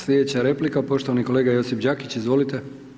Slijedeća replika poštovani kolega Josip Đakić, izvolite.